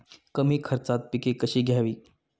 कमी खर्चात पिके कशी घ्यावी?